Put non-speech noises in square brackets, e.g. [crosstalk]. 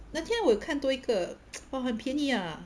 那天我看多一个 [noise] oh 很便宜呀